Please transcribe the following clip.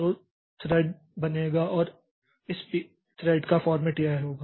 तो थ्रेड बनेगा और इस pthread का फॉर्मेट यह होगा